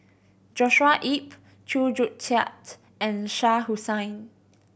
Joshua Ip Chew Joo Chiat and Shah Hussain